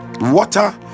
water